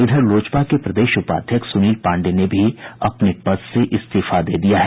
इधर लोजपा के प्रदेश उपाध्यक्ष सुनील पांडेय ने भी अपने पद से इस्तीफा दे दिया है